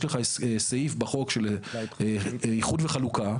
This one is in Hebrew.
יש לך סעיף בחוק של איחוד וחלוקה,